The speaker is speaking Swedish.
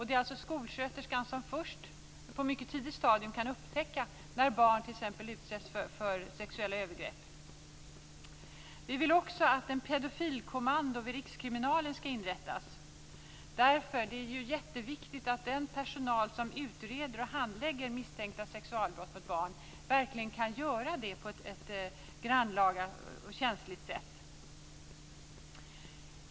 Det är skolsköterskan som på ett mycket tidigt stadium kan upptäcka när barn t.ex. utsätts för sexuella övergrepp. Vi vill också att ett pedofilkommando skall inrättas vid rikskriminalen. Det är jätteviktigt att den personal som utreder och handlägger misstänkta sexualbrott mot barn verkligen kan göra det på ett grannlaga och känsligt sätt.